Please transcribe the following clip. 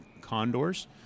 condors